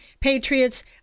Patriots